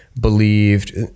believed